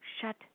shut